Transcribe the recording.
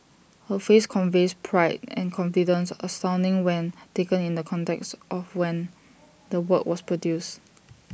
her face conveys pride and confidence astounding when taken in the context of when the work was produced